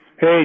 Hey